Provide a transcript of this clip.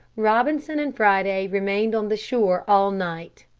robinson and friday remained on the shore all night.